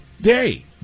day